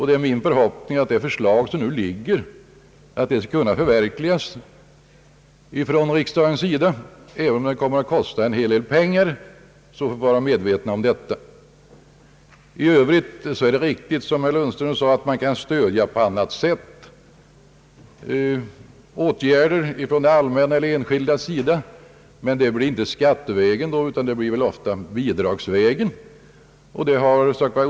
Det är min förhoppning att det förslag som framlagts skall kunna förverkligas från riksdagens sida, även om vi är medvetna om att det kommer att kosta en hel del pengar. För övrigt är det riktigt som herr Lundström framhöll att man kan stödja på annat sätt genom åtgärder från det allmänna eller från enskildas sida, men detta sker inte skattevägen utan ofta genom beviljande av bidrag.